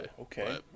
Okay